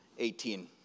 18